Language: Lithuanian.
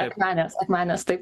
akmenės akmenės taip